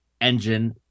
engine